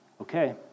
Okay